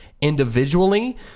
individually